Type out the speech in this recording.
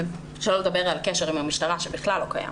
שלא לדבר על קשר עם המשטרה, בכלל לא קיים.